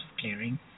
clearing